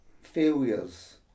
failures